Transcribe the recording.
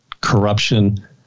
corruption